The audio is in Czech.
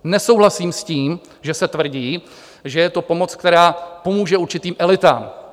Nesouhlasím s tím, že se tvrdí, že je to pomoc, která pomůže určitým elitám.